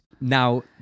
now